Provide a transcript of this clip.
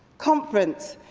conference,